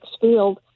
Field